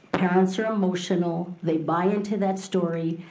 parents are emotional, they buy into that story,